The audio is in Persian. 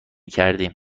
کردیم